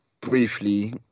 briefly